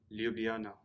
Ljubljana